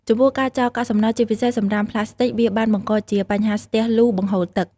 ចំពោះការចោលកាកសំណល់ជាពិសេសសំរាមប្លាស្ទិក វាបានបង្កជាបញ្ហាស្ទះលូបង្ហូរទឹក។